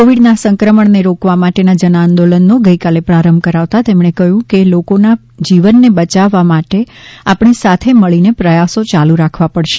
કોવિડના સંક્રમણને રોકવા માટેના જનઆંદોલનનો ગઈકાલે પ્રારંભ કરાવતા તેમણે કહ્યું કે લોકોના જીવનને બચાવવા આપણે સાથે મળીને પ્રયાસો ચાલુ રાખવા પડશે